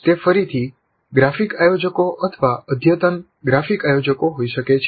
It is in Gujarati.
તે ફરીથી ગ્રાફિક આયોજકો અથવા અદ્યતન ગ્રાફિક આયોજકો હોઈ શકે છે